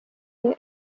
via